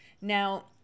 Now